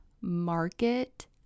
market